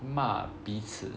骂彼此